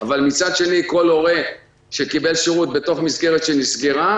אבל מצד שני כל הורה שקיבל שירות בתוך מסגרת שנסגרה,